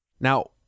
Now